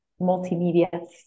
multimedia